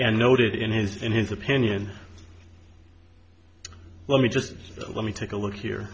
and noted in his in his opinion let me just let me take a look